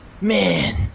Man